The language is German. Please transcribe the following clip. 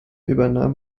übernahm